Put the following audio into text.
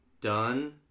done